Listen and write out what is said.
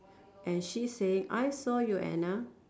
and she's saying I saw you Anna